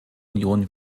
union